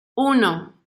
uno